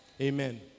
Amen